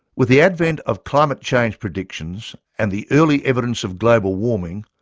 with the advent of climate change predictions and the early evidence of global warming,